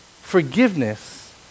Forgiveness